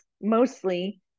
mostly